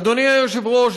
אדוני היושב-ראש,